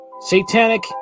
Satanic